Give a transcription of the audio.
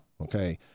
okay